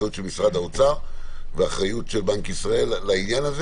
אחריות של משרד האוצר ואחריות של בנק ישראל לעניין הזה.